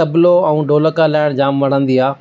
तबलो ऐं ढोलक हलाइणु जामु वणंदी आहे